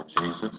Jesus